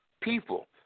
people